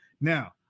now